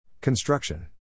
Construction